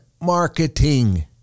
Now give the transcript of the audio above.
marketing